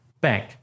Bank